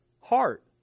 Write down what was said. heart